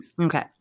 Okay